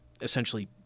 Essentially